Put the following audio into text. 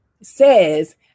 says